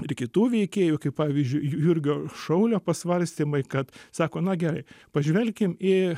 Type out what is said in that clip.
ir kitų veikėjų kaip pavyzdžiui jurgio šaulio pasvarstymai kad sako na gerai pažvelkim į